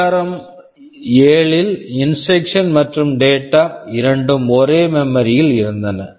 ARM ARM 7 ல் instruction instruction மற்றும் data data இரண்டும் ஒரே மெமரி memory ல் இருந்தன